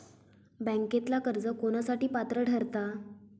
बँकेतला कर्ज कोणासाठी पात्र ठरता?